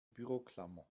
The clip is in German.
büroklammer